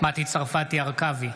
מטי צרפתי הרכבי,